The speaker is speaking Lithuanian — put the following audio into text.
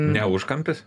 ne užkampis